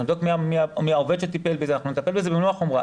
אנחנו מי העובד שטיפל בזה ונטפל במלוא החומרה.